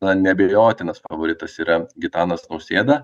na neabejotinas favoritas yra gitanas nausėda